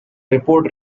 report